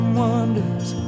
wonders